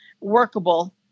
workable